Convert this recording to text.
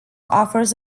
offers